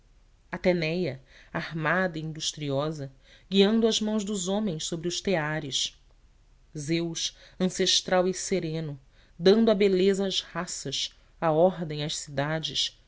citara atenéia armada e industriosa guiando as mãos dos homens sobre os teares zeus ancestral e sereno dando a beleza às raças a ordem às cidades